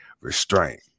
Restraint